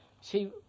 See